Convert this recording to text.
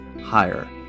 higher